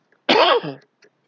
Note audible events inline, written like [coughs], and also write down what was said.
[coughs]